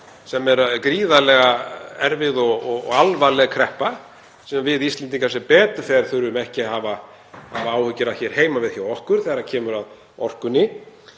sem er gríðarlega erfið og alvarleg kreppa sem við Íslendingar, sem betur fer, þurfum ekki að hafa áhyggjur af heima við hjá okkur þegar kemur að orkunni?